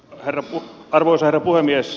arvoisa herra puhemies